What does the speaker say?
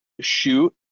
shoot